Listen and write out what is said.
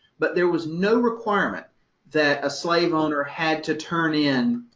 but there was no requirement that a slave owner had to turn in,